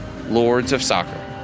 LordsofSoccer